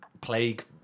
plague